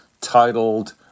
titled